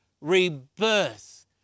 rebirth